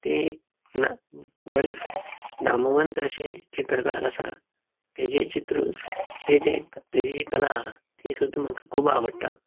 ते ना बरेंच नामवंत अशें चित्रकार आसा तेजे चित्र तेजे तेजी जी कला आहा ती सुद्दां म्हाका खूब आवडटा